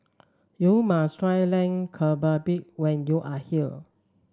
you must try Lamb when you are here